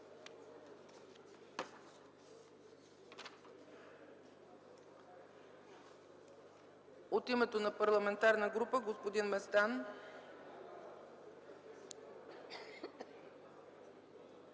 От името на Парламентарна група – господин Местан.